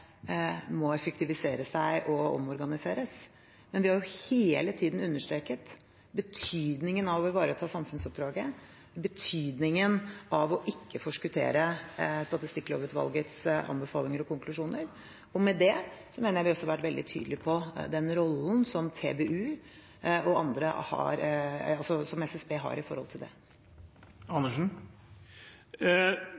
må effektiviseres og omorganiseres. Men vi har hele tiden understreket betydningen av å ivareta samfunnsoppdraget, betydningen av å ikke forskuttere Statistikklovutvalgets anbefalinger og konklusjoner. Med det mener jeg at vi også har vært veldig tydelig på den rollen som TBU og andre har – altså som SSB har i forhold til det.